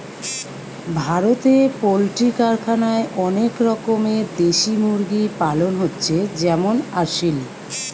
ভারতে পোল্ট্রি কারখানায় অনেক রকমের দেশি মুরগি পালন হচ্ছে যেমন আসিল